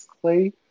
Clay